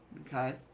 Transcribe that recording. Okay